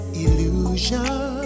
illusion